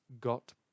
got